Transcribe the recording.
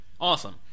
awesome